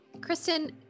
Kristen